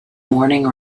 morning